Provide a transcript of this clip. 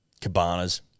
Cabanas